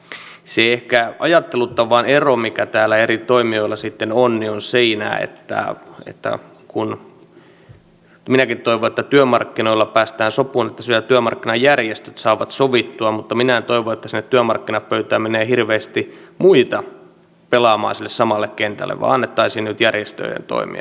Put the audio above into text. se ehkä ajattelutavan ero mikä täällä eri toimijoilla sitten on on siinä että minäkin toivon että työmarkkinoilla päästään sopuun että työmarkkinajärjestöt saavat sovittua mutta minä en toivo että sinne työmarkkinapöytään menee hirveästi muita pelaamaan sille samalle kentälle vaan annettaisiin nyt järjestöjen toimia